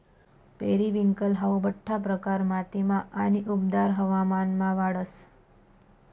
periwinkle हाऊ बठ्ठा प्रकार मातीमा आणि उबदार हवामानमा वाढस